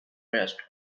rest